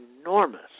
enormous